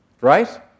right